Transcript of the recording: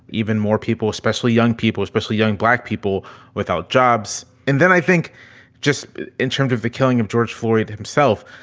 even more people, especially young people, especially young black people without jobs. and then i think just in terms of the killing of george floyd himself,